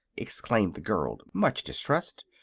exclaimed the girl, much distressed.